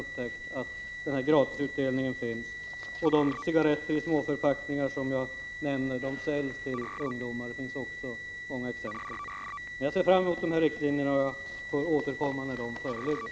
Många kan vittna om detta, t.ex. skolpersonal. Cigaretterna i småförpackningar, som jag nämnde, säljs till ungdomar. Det finns många exempel på detta. Men jag ser fram emot riktlinjerna och får återkomma när de föreligger.